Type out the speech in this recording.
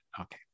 Okay